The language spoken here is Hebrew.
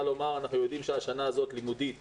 לומר שאנחנו יודעים שהשנה הזאת לימודית